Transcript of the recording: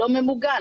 לא ממוגן.